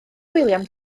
william